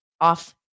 off